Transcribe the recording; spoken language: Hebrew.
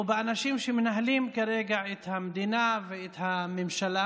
באנשים שמנהלים כרגע את המדינה ואת הממשלה,